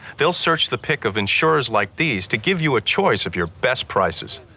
they'll search the pick of insurers like these to give you a choice of your best prices.